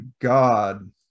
God